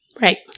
Right